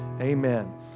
Amen